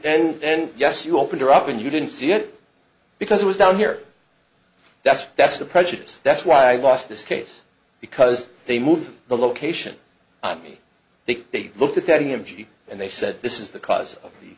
yes you opened her up and you didn't see it because it was down here that's that's the prejudice that's why i lost this case because they moved the location i mean they they looked at petting him and they said this is the cause of the